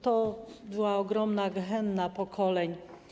To była ogromna gehenna pokoleń.